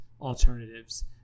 alternatives